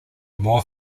more